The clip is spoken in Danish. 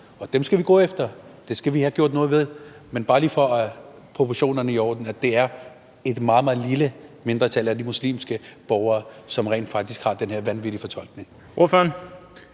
og dem skal vi gå efter, og det skal vi have gjort noget ved. Men for bare lige at få proportionerne i orden vil jeg sige, at det er et meget, meget lille mindretal af de muslimske borgere, som rent faktisk har den her vanvittige fortolkning.